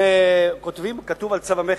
וכתוב על צו המכס,